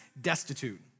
destitute